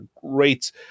great